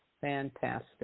Fantastic